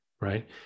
right